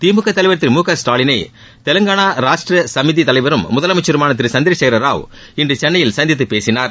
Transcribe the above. திமுக தலைவர் திரு மு க ஸ்டாலினை தெலங்காளா ராஷ்ட்ர சமீதி தலைவரும் முதலமைச்சருமான திரு சந்திரசேகரராவ் இன்று சென்னையில் சந்தித்து பேசினார்